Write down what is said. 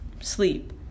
Sleep